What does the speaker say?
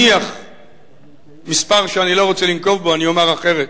אני אומר אחרת: